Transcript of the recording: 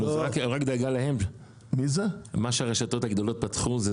הרי הרשתות דואגות לעצמן.